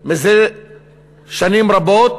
זה שנים רבות.